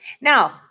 Now